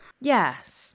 yes